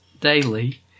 daily